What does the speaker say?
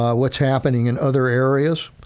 ah what's happening in other areas,